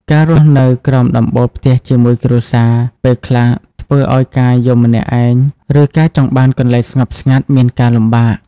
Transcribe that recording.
ការរស់នៅក្រោមដំបូលផ្ទះជាមួយគ្រួសារ ពេលខ្លះធ្វើឱ្យការយំម្នាក់ឯង ឬការចង់បានកន្លែងស្ងប់ស្ងាត់មានការលំបាក។